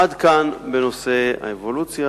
עד כאן בנושא האבולוציה,